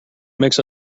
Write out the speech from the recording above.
makes